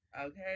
okay